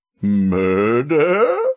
murder